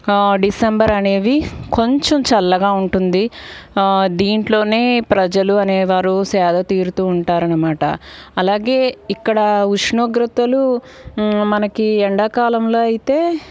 December అనేది కొంచెం చల్లగా ఉంటుంది దీంట్లో ప్రజలు అనేవారు సేద తీరుతు ఉంటారు అన్నమాట అలాగే ఇక్కడ ఉష్ణోగ్రతలు మనకి ఎండాకాలంలో అయితే